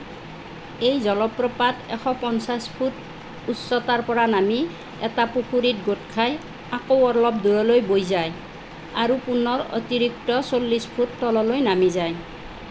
এই জলপ্ৰপাত এশ পঞ্চাছ ফুট উচ্চতাৰ পৰা নামি এটা পুখুৰীত গোট খাই আকৌ অলপ দূৰলৈ বৈ যায় আৰু পুনৰ অতিৰিক্ত চল্লিছ ফুট তললৈ নামি যায়